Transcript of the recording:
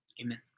Amen